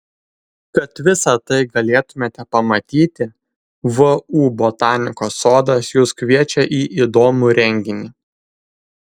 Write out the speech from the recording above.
kad visa tai galėtumėte pamatyti vu botanikos sodas jus kviečia į įdomų renginį